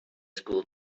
school